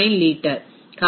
289 litre